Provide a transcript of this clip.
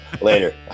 Later